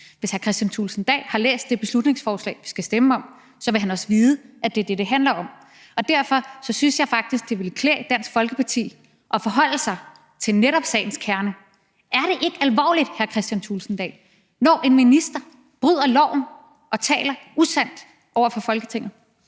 Hvis hr. Kristian Thulesen Dahl har læst det beslutningsforslag, vi skal stemme om, vil han også vide, at det er det, det handler om. Og derfor synes jeg faktisk, det ville klæde Dansk Folkeparti at forholde sig til netop sagens kerne. Er det ikke alvorligt, hr. Kristian Thulesen Dahl, når en minister bryder loven og taler usandt over for Folketinget?